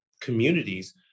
communities